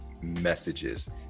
messages